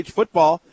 football